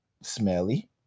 smelly